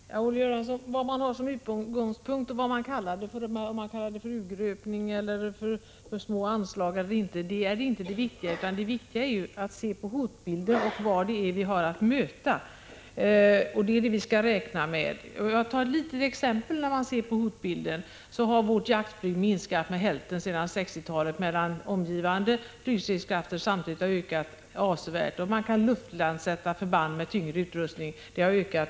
Herr talman! Ja, Olle Göransson, vad man har för utgångspunkt och vad man kallar det för — om man kallar det för urgröpning eller för alltför små anslag — är inte det viktiga, utan det viktiga är att se på hotbilden och vad det är vi har att möta. Det är det vi skall räkna med. Om jag får ge ett litet exempel beträffande hotbilden, så kan jag nämna att vårt jaktflyg minskat med hälften sedan 1960-talet, medan omgivande flygstridskrafter samtidigt har ökat avsevärt. Man kan luftlandsätta förband med tyngre utrustning.